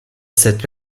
cette